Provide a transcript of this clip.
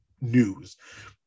news